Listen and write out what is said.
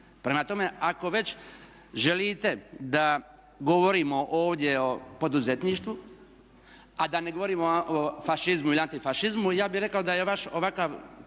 Prema tome, ako već želite da govorimo ovdje o poduzetništvu a da ne govorimo o fašizmu ili antifašizmu, ja bih rekao da je vaš ovakav